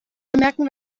bemerken